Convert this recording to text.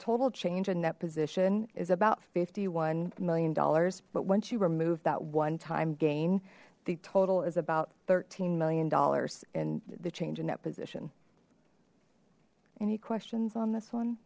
total change in that position is about fifty one million dollars but once you remove that one time gain the total is about thirteen million dollars and the change in that position any questions on this one